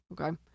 okay